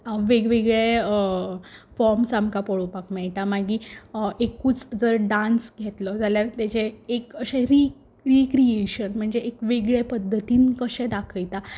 वेगवेगळे फॉर्म्स आमकां पोळोपाक मेयटा मागीर एकूच जर डान्स घेतलो जाल्यार तेजे एक अशें री रिक्रिएशन म्हणजे एक वेगळे पद्दतीन कशें दाखयता